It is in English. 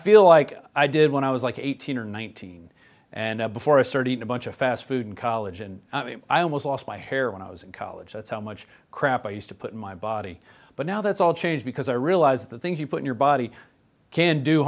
feel like i did when i was like eighteen or nineteen and before a certain bunch of fast food in college and i almost lost my hair when i was in college that's how much crap i used to put my body but now that's all changed because i realize the things you put your body can do